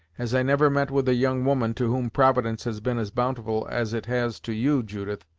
as i never met with a young woman to whom providence has been as bountiful as it has to you, judith,